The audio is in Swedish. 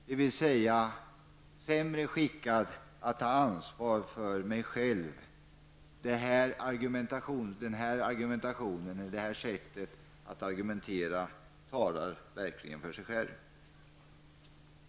Dvs. sämre skickad att ta ansvar för mig själv. Det här sättet att argumentera talar verkligen för sig självt.